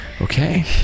Okay